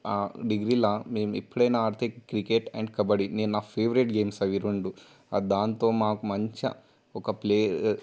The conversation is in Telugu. డిగ్రీలో మేము ఎప్పుడైనా ఆడితే క్రికెట్ అండ్ కబడ్డీ నేను నా ఫేవరెట్ గేమ్స్ అవి రెండూ దాంతో మాకు మంచిగా ఒక ప్లేయర్